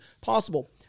possible